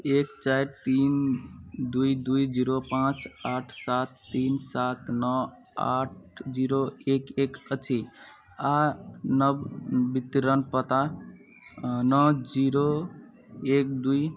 एक चारि तीन दुइ दुइ जीरो पाँच आठ सात तीन सात नओ आठ जीरो एक एक अछि आओर नव वितरण पता नओ जीरो एक दुइ